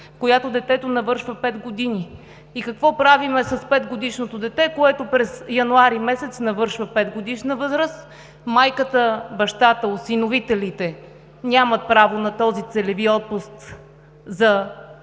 която детето навършва 5 години. И какво правим с 5-годишното дете, което през месец януари навършва 5-годишна възраст? Майката, бащата – осиновителите, нямат право на този целеви отпуск за